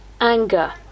Anger